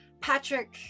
Patrick